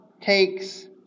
takes